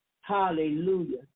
Hallelujah